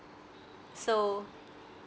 so